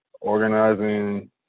organizing